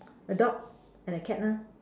a dog and a cat lah